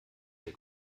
der